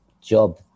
job